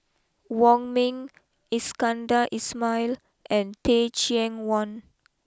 Wong Ming Iskandar Ismail and Teh Cheang Wan